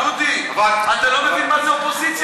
דודי, אתה לא מבין מה זה אופוזיציה.